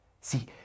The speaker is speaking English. See